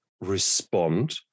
respond